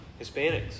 Hispanics